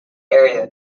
area